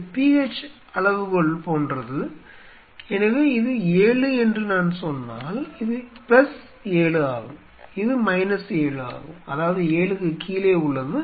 இந்த pH அளவுகோல் போன்றது எனவே இது 7 என்று நான் சொன்னால் இது ப்ளஸ் 7 ஆகும் இது மைனஸ் 7 ஆகும் அதாவது 7க்கு கீழே உள்ளது